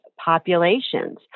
populations